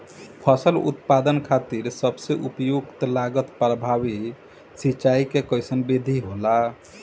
फसल उत्पादन खातिर सबसे उपयुक्त लागत प्रभावी सिंचाई के कइसन विधि होला?